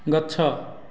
ଗଛ